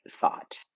thought